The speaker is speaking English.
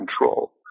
control